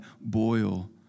boil